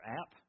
app